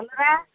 କଲରା